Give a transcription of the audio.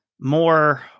more